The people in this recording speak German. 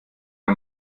ein